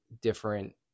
different